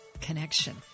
connection